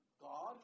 God